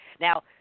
Now